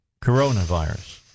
Coronavirus